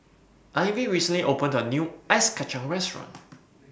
Ivie recently opened A New Ice Kachang Restaurant